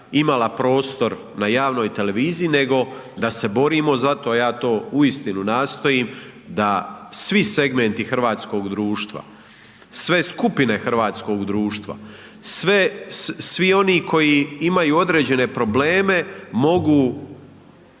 prostor na javnoj televiziji nego da se borimo za to. A ja to uistinu nastojim da svi segmenti hrvatskog društva, sve skupine hrvatskog društva, svi oni koji imaju određene probleme mogu